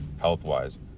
health-wise